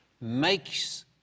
makes